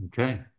Okay